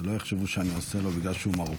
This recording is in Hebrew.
שלא יחשבו שאני עושה לו בגלל שהוא מרוקאי.